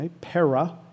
para